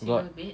got